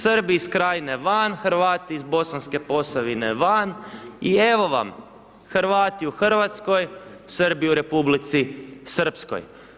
Srbi iz Krajine van, Hrvati iz Bosanske Posavine van i evo vam Hrvati u Hrvatskoj, Srbi u Republici Srpskoj.